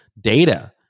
data